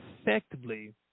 effectively